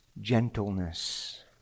gentleness